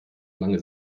lange